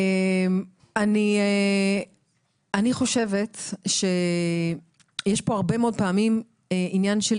אני חושבת שיש כאן הרבה מאוד פעמים עניין של